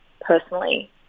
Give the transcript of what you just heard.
personally